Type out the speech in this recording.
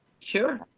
Sure